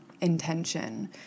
intention